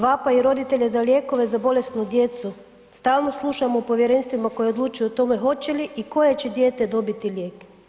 Vapaj roditelja za lijekove za bolesnu djecu, stalno slušamo u povjerenstvima koje odlučuju o tome hoće li i koje će dijete dobiti lijek.